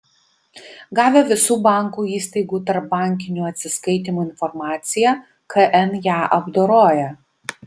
gavę visų bankų įstaigų tarpbankinių atsiskaitymų informaciją kn ją apdoroja